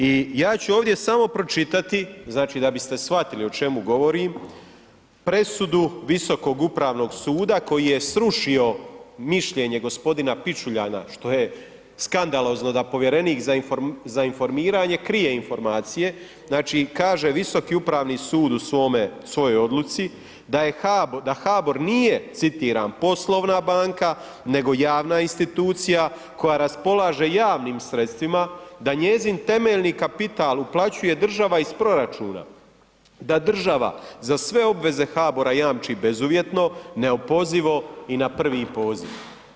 I ja ću ovdje samo pročitati, znači da biste shvatili o čemu govorim, presudu Visokog upravnog suda koji je srušio mišljenje gospodina Pičuljana što je skandalozno da povjerenik za informiranje krije informacije, znači kaže Visoki upravni sud u svojoj odluci, da HABOR nije citiram: poslovna banka nego javna institucija koja raspolaže javnim sredstvima, da njezin temeljni kapital uplaćuje država iz proračuna, da država za sve obveze HABOR-a jamči bezuvjetno, neopozivo i na prvi poziv.